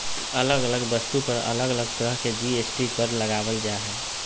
अलग अलग वस्तु पर अलग अलग तरह के जी.एस.टी कर लगावल जा हय